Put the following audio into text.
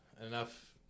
Enough